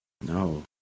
No